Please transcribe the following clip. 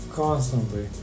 constantly